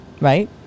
right